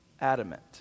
adamant